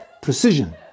precision